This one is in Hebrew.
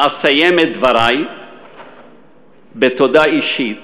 ואסיים את דברי בתודה אישית